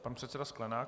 Pan předseda Sklenák.